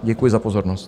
Děkuji za pozornost.